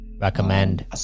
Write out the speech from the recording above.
Recommend